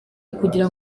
ukugira